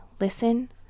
listen